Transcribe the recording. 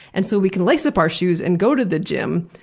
and so we can lace up our shoes and go to the gym,